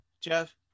Jeff